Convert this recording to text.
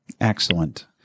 Excellent